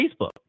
Facebook